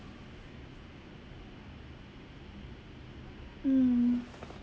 mm